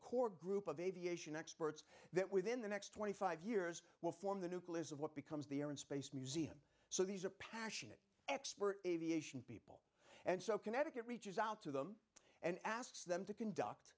core group of aviation experts that within the next twenty five years will form the nucleus of what becomes the air and space museum so these are passionate expert aviation people and so connecticut reaches out to them and asks them to conduct